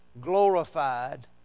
glorified